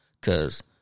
Cause